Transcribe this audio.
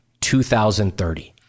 2030